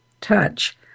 Touch